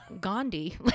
Gandhi